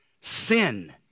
sin